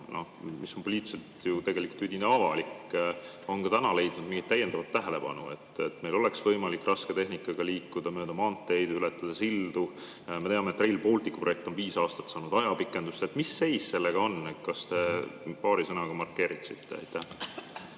mis on poliitiliselt ju tegelikult üdini avalik, on leidnud mingit täiendavat tähelepanu, et meil oleks võimalik rasketehnikaga liikuda mööda maanteid ja ületada sildu? Me teame, et Rail Balticu projekt on viis aastat saanud ajapikendust. Mis seis sellega on, kas te paari sõnaga markeeriksite?